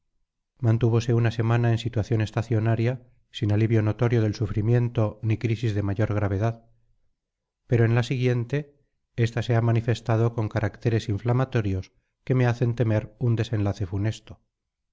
proporciones mantúvose una semana en situación estacionaria sin alivio notorio del sufrimiento ni crisis de mayor gravedad pero en la siguiente esta se ha manifestado con caracteres inflamatorios que me hacen temer un desenlace funesto